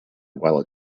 while